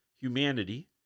humanity